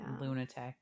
Lunatic